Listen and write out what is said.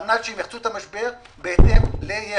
על מנת שהם יחצו את המשבר בהתאם ליכולותיהם,